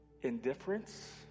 indifference